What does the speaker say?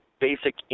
basic